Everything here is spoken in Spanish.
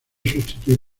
sustituir